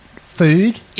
food